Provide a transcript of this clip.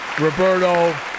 Roberto